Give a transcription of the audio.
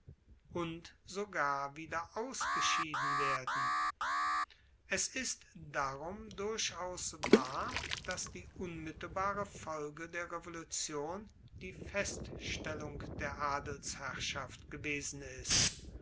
und sogar wieder ausgeschieden werden es ist darum durchaus wahr dass die unmittelbare folge der revolution die feststellung der adelsherrschaft gewesen ist